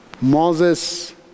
Moses